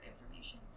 information